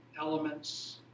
elements